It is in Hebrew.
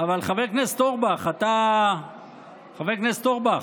אבל חבר הכנסת אורבך, חבר הכנסת אורבך,